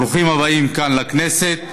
ברוכים הבאים כאן לכנסת.